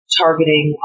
targeting